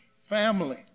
family